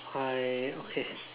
I okay